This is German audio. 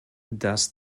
dass